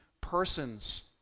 persons